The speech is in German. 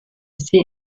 sie